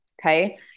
Okay